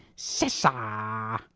sessa!